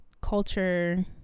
culture